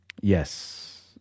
yes